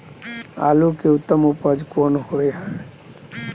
आलू के उत्तम बीज कोन होय है?